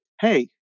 hey